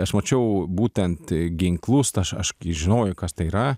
aš mačiau būtent ginklus t aš aš žinojau kas tai yra